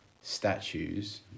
statues